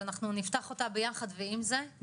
אבל אחנו נפתח אותה ביחד ועם זה,